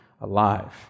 alive